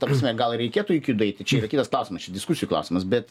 ta prasme gal reikėtų iki jų daeiti čia yra kitas klausimas čia diskusijų klausimas bet